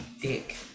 dick